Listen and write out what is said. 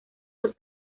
dos